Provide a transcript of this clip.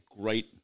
great